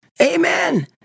Amen